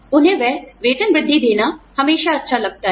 उन्हें वह वेतन वृद्धि देना हमेशा अच्छा लगता है